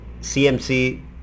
CMC